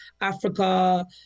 Africa